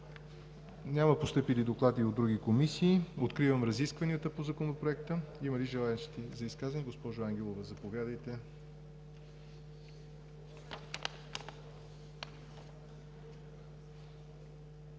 Няма постъпили доклади от други комисии. Откривам разискванията по Законопроекта. Има ли желаещи за изказване? Госпожо Ангелова, заповядайте.